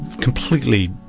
completely